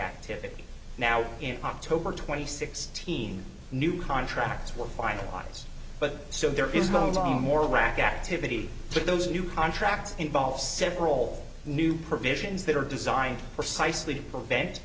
activity now in october twenty six teen new contracts were finalized but so there is no known more rack activity for those new contracts involve several new provisions that are designed precisely to prevent